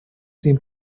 seem